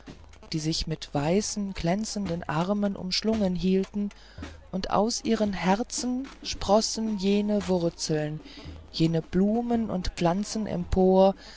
die sich mit weißen glänzenden armen umschlungen hielten und aus ihren herzen sproßten jene wurzeln jene blumen und pflanzen